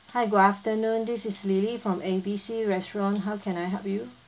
hi good afternoon this is lily from A B C restaurant how can I help you